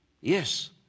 yes